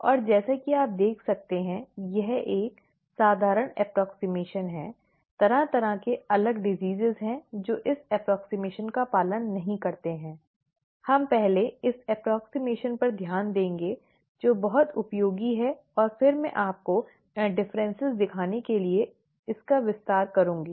और जैसा कि आप देख सकते हैं यह एक साधारण सन्निकटन है तरह तरह के अलग रोग हैं जो इस सन्निकटन का पालन नहीं करते हैं हम पहले इस सन्निकटन पर ध्यान देंगे जो बहुत उपयोगी है और फिर मैं आपको भिन्नता दिखाने के लिए इसका विस्तार करूंगा